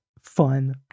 fun